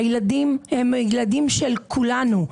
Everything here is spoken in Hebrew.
הילדים הם הילדים של כולנו.